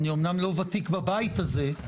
אני אמנם לא ותיק בבית הזה,